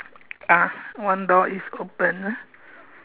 ah one door is open ah